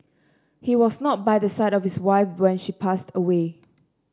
he was not by the side of his wife when she passed away